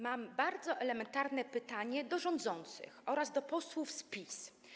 Mam bardzo elementarne pytanie do rządzących oraz do posłów z PiS.